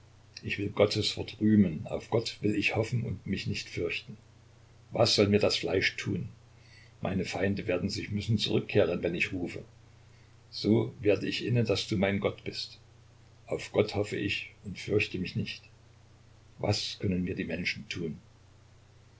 ich will gottes wort rühmen auf gott will ich hoffen und mich nicht fürchten was sollte mir das fleisch tun meine feinde werden sich müssen zurückkehren wenn ich rufe so werde ich inne daß du mein gott bist auf gott hoffe ich und fürchte mich nicht was können mir die menschen tun